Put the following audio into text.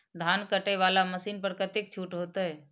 धान कटे वाला मशीन पर कतेक छूट होते?